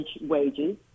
wages